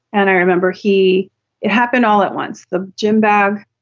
and i remember he it happened all at once. the gym bag.